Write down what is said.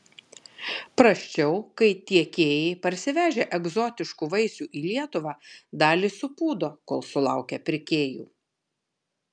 prasčiau kai tiekėjai parsivežę egzotiškų vaisių į lietuvą dalį supūdo kol sulaukia pirkėjų